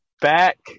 back